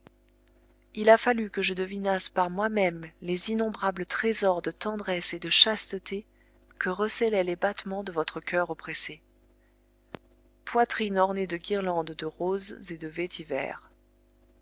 il a fallu que je devinasse par moi-même les innombrables trésors de tendresse et de chasteté que recélaient les battements de votre coeur oppressé poitrine ornée de guirlandes de roses et de vétyver